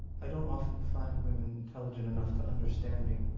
i don't often find women intelligent enough to understand me.